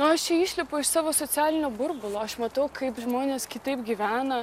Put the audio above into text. nu aš čia išlipu iš savo socialinio burbulo aš matau kaip žmonės kitaip gyvena